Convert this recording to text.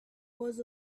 was